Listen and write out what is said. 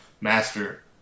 master